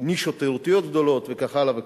נישות תיירותיות גדולות וכך הלאה.